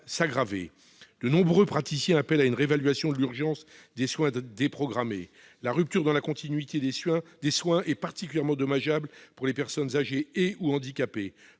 De nombreux praticiens appellent à une réévaluation de l'urgence des soins déprogrammés La rupture dans la continuité des soins est particulièrement dommageable pour les personnes âgées et/ou handicapées.